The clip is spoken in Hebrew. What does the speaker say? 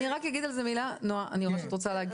אז אני רק אגיד איזו מילה שאני ממש רוצה להגיד.